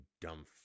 dumb